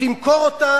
שתמכור אותה